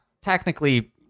technically